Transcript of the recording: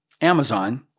Amazon